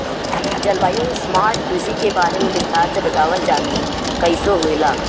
जलवायु स्मार्ट कृषि के बारे में विस्तार से बतावल जाकि कइसे होला?